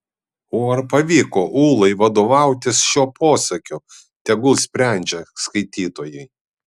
o ar pavyko ūlai vadovautis šiuo posakiu tegul sprendžia skaitytojai